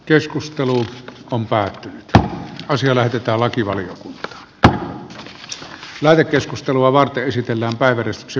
keskustelu lampaat on siellä kitalakivaliokunta tänään ja keskustelua varten hyvä näin